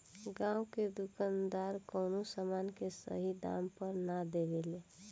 गांव के दुकानदार कवनो समान के सही दाम पर ना देवे ले